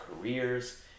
careers